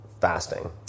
fasting